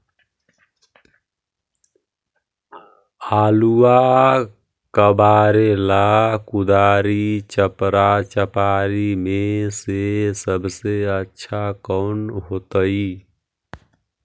आलुआ कबारेला कुदारी, चपरा, चपारी में से सबसे अच्छा कौन होतई?